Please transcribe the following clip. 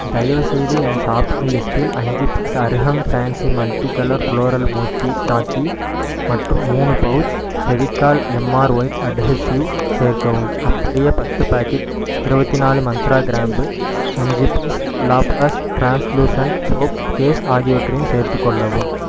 தயவுசெய்து என் ஷாப்பிங் லிஸ்டில் அஞ்சு piece Arham fancy multi colour floral Moti rakhi மற்றும் மூணு pouch Fevicol MR white adhesive சேர்க்கவும் அப்படியே பத்து பேக்கெட் இருபத்தினாலு மந்த்ரா கிராம்பு அஞ்சு piece Laplast translucent soap case ஆகியவற்றையும் சேர்த்துக்கொள்ளவும்